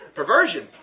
perversion